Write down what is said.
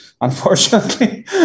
Unfortunately